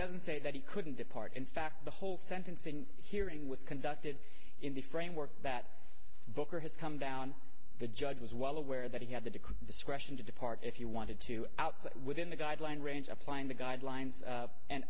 doesn't say that he couldn't depart in fact the whole sentencing hearing was conducted in the framework that booker has come down the judge was well aware that he had the decree discretion to depart if you wanted to outside within the guideline range applying the guidelines a